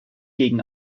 gegen